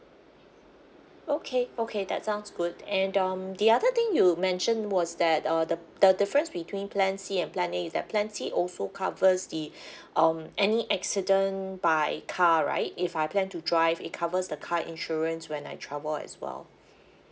okay okay that sounds good and um the other thing you mentioned was that uh the the difference between plan C and plan A is that plan C also covers the um any accident by car right if I plan to drive it covers the car insurance when I travel as well